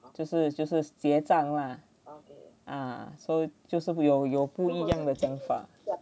就是就是结账 lah ah so 就是有有不一样的讲法